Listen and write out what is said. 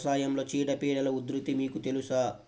వ్యవసాయంలో చీడపీడల ఉధృతి మీకు తెలుసా?